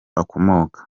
akomoka